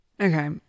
Okay